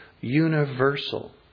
universal